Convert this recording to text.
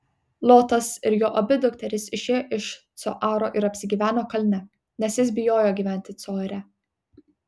lotas ir jo abi dukterys išėjo iš coaro ir apsigyveno kalne nes jis bijojo gyventi coare